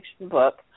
book